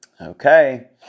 Okay